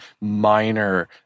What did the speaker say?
minor